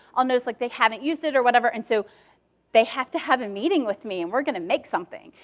i'll notice like they haven't used it or whatever. and so they have to have a meeting with me and we're going to make something,